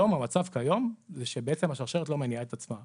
המצב כיום זה שבעצם השרשרת לא מניעה את עצמה.